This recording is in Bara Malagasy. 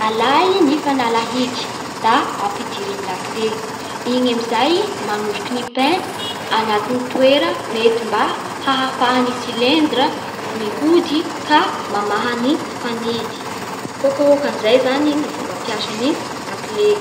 Alay ny fanalahidy da ampidiry amin'ny lakile, igny amin'izay manosiky ny pêne agnatin'ny toera mety mba ahafahan'ny cylindre mihody ka mamaha ny fanidy. Hôkahôkan'izay zany ny fomba fiasan'ny lakile.